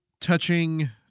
Touching